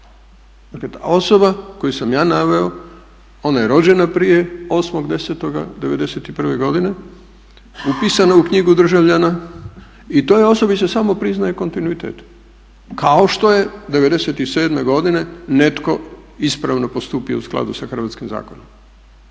ta osoba koju sam ja naveo ona je rođena prije 8.10.'91. godine, upisana je u knjigu državljana i toj osobi se samo priznaje kontinuitet kao što je '97. godine netko ispravno postupio u skladu sa hrvatskim zakonom.